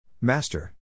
Master